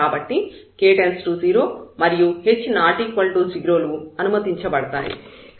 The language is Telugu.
కాబట్టి k→0 మరియు h ≠0 లు అనుమతించబడతాయి